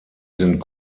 sind